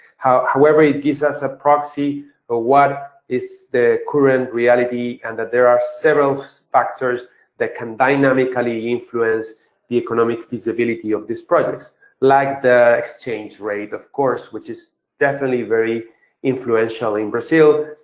however, it gives us a proxy for ah what is the current reality and that there are several factors that can dynamically influence the economic feasibility of these projects like the exchange rate of course which is definitely very influential in brazil,